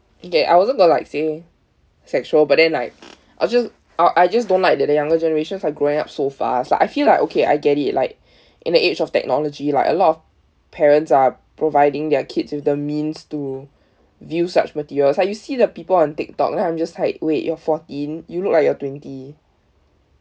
okay I was going to like say sexual but then like I just I I just don't like that the younger generations are growing up so fast like I feel like okay I get it like in the age of technology like a lot of parents are providing their kids with the means to view such materials like you see the people on tik tok then I'm just like wait you're fourteen you look like you're twenty